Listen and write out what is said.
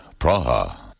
Praha